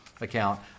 account